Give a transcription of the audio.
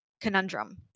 conundrum